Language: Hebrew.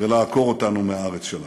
ולעקור אותנו מהארץ שלנו.